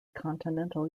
continental